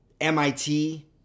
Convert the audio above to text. MIT